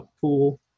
pool